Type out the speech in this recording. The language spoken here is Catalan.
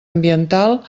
ambiental